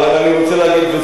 אבל אני רוצה להגיד,